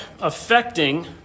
affecting